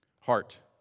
Heart